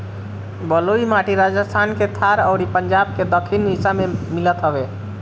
बलुई माटी राजस्थान के थार अउरी पंजाब के दक्खिन हिस्सा में मिलत हवे